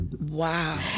Wow